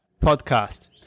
Podcast